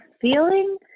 feeling